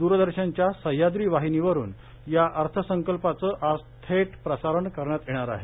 दूरदर्शनच्या सह्याद्री वाहिनीवरुन या अर्थसंकल्पाचं आज थेट प्रक्षेपण करण्यात येणार आहे